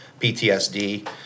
PTSD